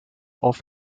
auf